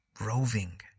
roving